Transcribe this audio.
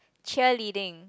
cheerleading